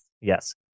Yes